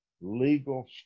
legal